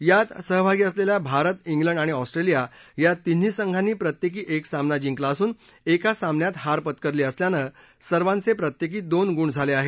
यात सहभागी असलेल्या भारत इंग्लंड आणि ऑस्ट्रेलिया या तिन्ही संघानी प्रत्येकी एक सामना जिंकला असून एका सामन्यात हार पत्करली असल्यानं सर्वांचे प्रत्येकी दोन गुण झाले आहेत